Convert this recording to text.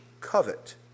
covet